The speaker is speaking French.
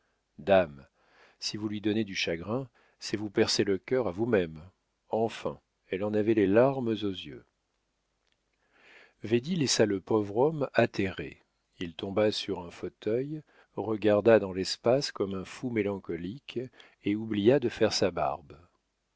dame si vous lui donnez du chagrin c'est vous percer le cœur à vous-même enfin elle en avait les larmes aux yeux védie laissa le pauvre homme atterré il tomba sur un fauteuil regarda dans l'espace comme un fou mélancolique et oublia de faire sa barbe